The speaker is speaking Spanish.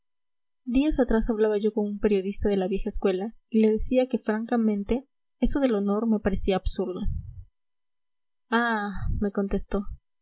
días atrás hablaba yo con un periodista de la vieja escuela y le decía que francamente eso del honor me parecía absurdo ah me contestó